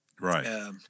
Right